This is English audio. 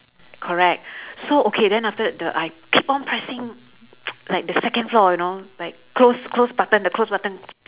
correct so okay then after that the I keep on pressing like the second floor you know like close close button the close button